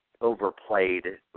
overplayed